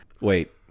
Wait